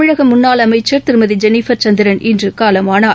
தமிழகமுன்னாள் அமைச்சர் திருமதிஜெனீஃபர் சந்திரன் இன்றுகாலமானார்